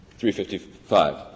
355